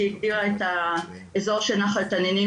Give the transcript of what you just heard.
שהיא הגדירה את האזור של נחל תנינים